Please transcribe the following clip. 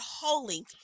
holy